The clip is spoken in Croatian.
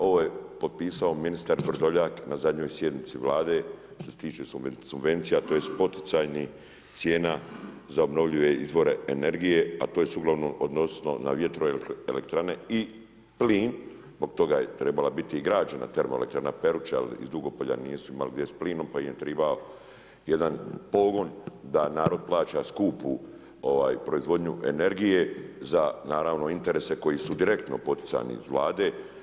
Ovo je potpisao ministar Vrdoljak na zadnjoj sjednici Vlade, što ste tiče subvencija tj. poticajnih cijena za obnovljive izvore energije, a to se uglavnom odnosilo na vjetroelektrane i plin, zbog toga je trebala biti i građena termoelektrana Peruča jer iz Dugopolja nisu imali gdje s plinom, pa im je trebao jedan pogon da narod plaća skupu proizvodnju energije za naravno, interese koji su direktno poticani iz Vlade.